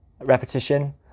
repetition